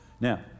Now